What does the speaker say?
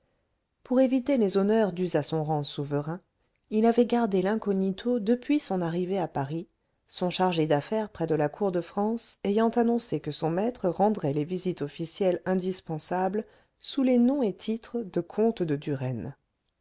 pour éviter les honneurs dus à son rang souverain il avait gardé l'incognito depuis son arrivée à paris son chargé d'affaires près de la cour de france ayant annoncé que son maître rendrait les visites officielles indispensables sous les nom et titres de comte de duren